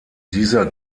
dieser